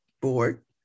board